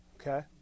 Okay